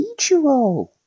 Ichiro